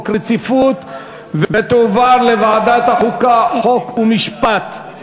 רציפות על הצעת חוק השיפוט הצבאי (תיקון מס' 66) (הסדרי טיעון),